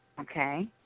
Okay